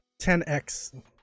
10X